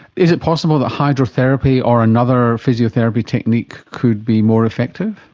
is it possible that hydrotherapy or another physiotherapy technique could be more effective?